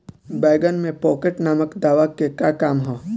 बैंगन में पॉकेट नामक दवा के का काम ह?